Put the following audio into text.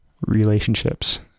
relationships